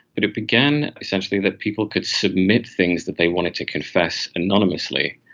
it it began essentially that people could submit things that they wanted to confess anonymously,